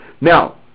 Now